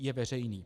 Je veřejný.